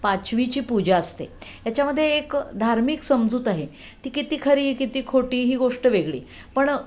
पाचवीची पूजा असते याच्यामध्ये एक धार्मिक समजूत आहे ती किती खरी किती खोटी ही गोष्ट वेगळी पण